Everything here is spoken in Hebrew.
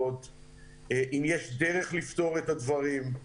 האם יש דרך לפתור את הדברים.